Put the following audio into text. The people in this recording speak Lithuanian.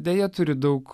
deja turi daug